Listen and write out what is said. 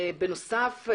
בנוסף,